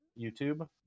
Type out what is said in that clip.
YouTube